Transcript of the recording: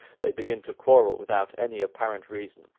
they begin to quarrel without any apparent reason,